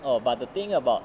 oh but the thing about